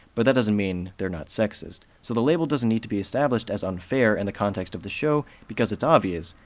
but that doesn't mean they're not sexist. so the label doesn't need to be established as unfair in and the context of the show because it's obvious,